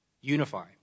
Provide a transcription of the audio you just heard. unify